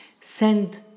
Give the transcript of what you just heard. Send